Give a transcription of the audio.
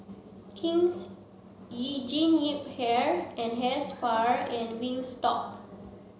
King's Jean Yip Hair and Hair Spa and Wingstop